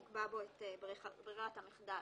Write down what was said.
אנחנו נקבע בו את ברירת המחדל.